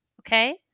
Okay